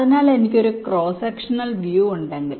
അതിനാൽ എനിക്ക് ഒരു ക്രോസ് സെക്ഷണൽ വ്യൂ ഉണ്ടെങ്കിൽ